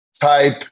type